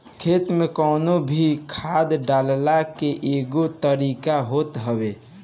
खेत में कवनो भी खाद डालला के एगो तरीका होत हवे